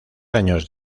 años